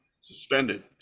suspended